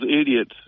idiots